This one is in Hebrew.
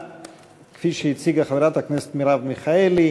כפי שהציגה אותה חברת הכנסת מרב מיכאלי.